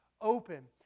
Open